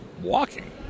walking